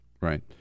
Right